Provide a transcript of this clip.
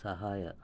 ಸಹಾಯ